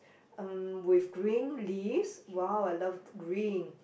um with green leaves !wow! I love green